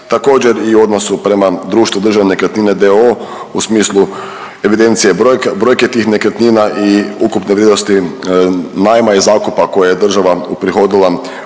Također i u odnosu prema društvu Državne nekretnine d.o.o. u smislu evidencije brojke tih nekretnina i ukupne vrijednosti najma i zakupa koje je država uprihodila